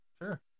sure